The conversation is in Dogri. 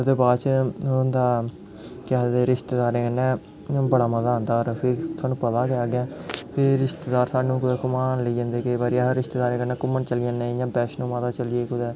एह्दे बाद च होंदा केह् आखदे रिश्तेदारें कन्नै बड़ा मज़ा आंदा फिर पता गै अग्गैं रिश्तेदार सानूं फिर घमान लेई जंदे केईं बारी अस रिश्तेदारें कन्नै घूमन चली जन्ने जि'यां बैश्नों माता चलिये कुतै